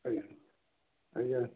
ଆଜ୍ଞା ଆଜ୍ଞା